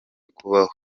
kubaho